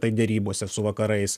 tai derybose su vakarais